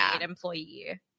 employee